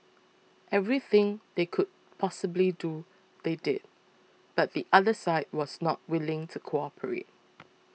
everything they could possibly do they did but the other side was not willing to cooperate